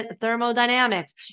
thermodynamics